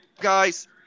guys